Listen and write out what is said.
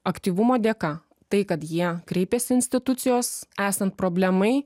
aktyvumo dėka tai kad jie kreipėsi institucijos esant problemai